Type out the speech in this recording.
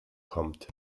kommt